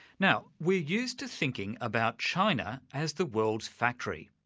now we're used to thinking about china as the world's factory,